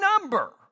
number